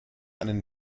einen